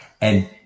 And-